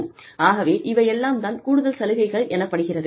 ஆகவே இவை எல்லாம் தான் கூடுதல் சலுகைகள் எனப்படுகிறது